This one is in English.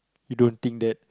you don't think that